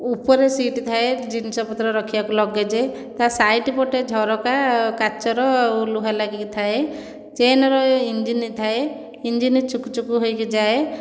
ଉପରେ ସିଟ ଥାଏ ଜିନିଷପତ୍ର ରଖିବାକୁ ଲଗେଜ ତା ସାଇଡ଼ ପଟେ ଝରକା କାଚର ଆଉ ଲୁହା ଲାଗିକିଥାଏ ଚେନର ଇଞ୍ଜିନ ଥାଏ ଇଞ୍ଜିନ ଚୁକ ଚୁକ ହୋଇକି ଯାଏ